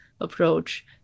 approach